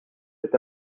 cet